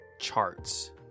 charts